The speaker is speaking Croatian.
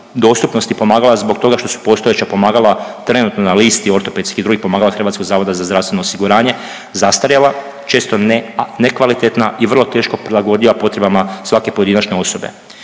dostupnosti pomagala zbog toga što su postojeća pomagala trenutno na listi ortopedskih i drugih pomagala HZZO-a zastarjela, često nekvalitetna i vrlo teško prilagodljiva potrebama svake pojedinačne osobe.